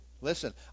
Listen